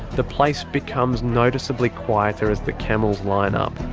the place becomes noticeably quieter as the camels line um